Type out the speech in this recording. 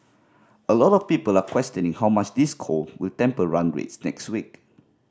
a lot of people are questioning how much this cold will temper run rates next week